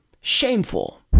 Shameful